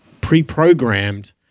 pre-programmed